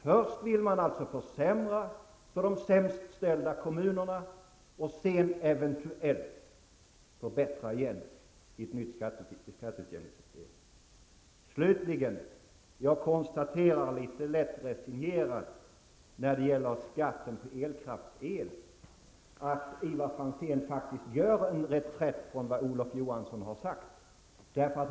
Först vill man försämra för de sämst ställda kommunerna och sedan förbättra igen i ett nytt skatteutjämningssystem. Slutligen konstaterar jag litet lätt resignerat när det gäller skatten på kärnkraftsel att Ivar Franzén faktiskt gör en reträtt från vad Olof Johansson har sagt.